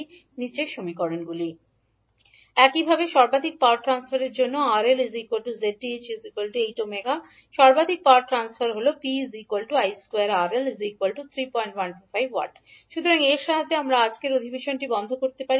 আমরা লিখতে পারি 50 − 10𝐈1 4𝐕2 𝐈1 01𝐕2 ⇒ 𝐕2 10𝐈1 50 − 10𝐈1 4𝐕2 ⇒ 50 − 𝐕2 4𝐕2 5𝐕2 50 ⇒ 𝐕2 10 এইভাবে 𝑉𝑇ℎ 𝐕2 10V সর্বাধিক পাওয়ার ট্রান্সফারের জন্য 𝑅𝐿 𝑍𝑇ℎ 8𝛺 সর্বাধিক পাওয়ার ট্রান্সফার হল সুতরাং এর সাহায্যে আমরা আমাদের আজকের অধিবেশনটি বন্ধ করতে পারি